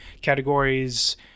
categories